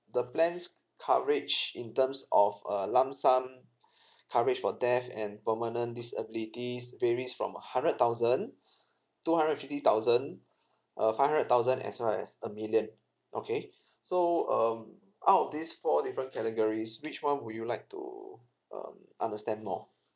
the plan's coverage in terms of a lump sum coverage for death and permanent disabilities varies from a hundred thousand two hundred and fifty thousand uh five hundred thousand as well as a million okay so um out of this four different categories which one would you like to um understand more